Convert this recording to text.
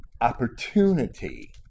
opportunity